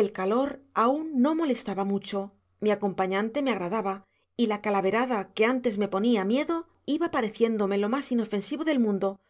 el calor aún no molestaba mucho mi acompañante me agradaba y la calaverada que antes me ponía miedo iba pareciéndome lo más inofensivo del mundo